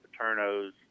Paternos